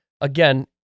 Again